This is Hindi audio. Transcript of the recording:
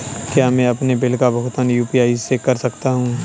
क्या मैं अपने बिल का भुगतान यू.पी.आई से कर सकता हूँ?